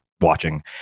watching